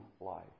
life